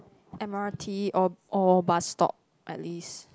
M_R_T or or bus stop at least